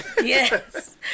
Yes